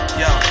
yo